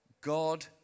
God